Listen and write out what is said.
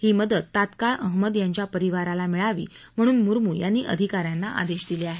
ही मदत तात्काळ अहमद यांच्या परिवाराला मिळावी म्हणू मुर्मू यांनी अधिकाऱ्यांना आदेश दिले आहेत